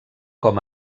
com